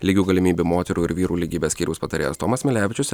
lygių galimybių moterų ir vyrų lygybės skyriaus patarėjas tomas milevičius